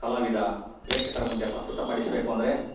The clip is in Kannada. ಕಲಾವಿದ ಪೇಕ್ಷಕರ ಮುಂದೆ ಪ್ರಸ್ತುತ ಪಡಿಸ್ಬೇಕು ಅಂದರೆ